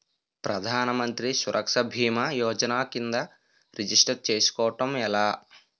ప్రధాన మంత్రి సురక్ష భీమా యోజన కిందా రిజిస్టర్ చేసుకోవటం ఎలా?